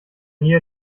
nähe